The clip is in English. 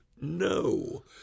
No